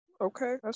Okay